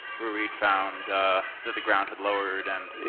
where we had found that the ground had lowered and.